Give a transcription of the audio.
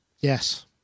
Yes